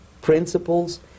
principles